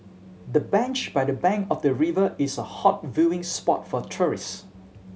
the bench by the bank of the river is a hot viewing spot for tourists